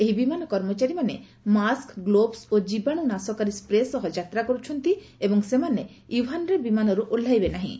ଏହି ବିମାନ କର୍ମଚାରୀମାନ ମାସ୍କ ଗ୍ଲୋବ୍ସ୍ ଓ ଜୀବାଣୁ ନାଶକାରୀ ସ୍ତ୍ରେ ସହ ଯାତ୍ରା କରୁଛନ୍ତି ଏବଂ ସେମାନେ ଓ୍ୱହାନ୍ରେ ବିମାନରୁ ଓହ୍ଲାଇବେ ନାହିଁ